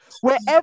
Wherever